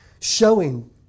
showing